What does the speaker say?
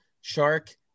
Shark